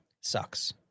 sucks